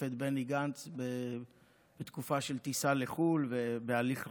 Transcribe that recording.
את בני גנץ בתקופה של טיסה לחו"ל והליך רפואי.